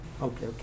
Okay